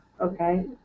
okay